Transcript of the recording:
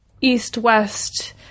East-West